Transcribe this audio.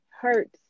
hurts